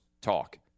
talk